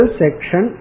section